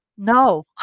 No